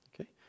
okay